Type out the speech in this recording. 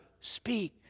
speak